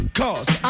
cause